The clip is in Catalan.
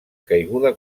caiguda